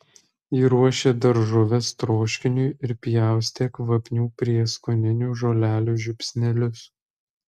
ji ruošė daržoves troškiniui ir pjaustė kvapnių prieskoninių žolelių žiupsnelius